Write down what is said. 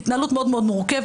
זו התנהלות מאוד מאוד מורכבת,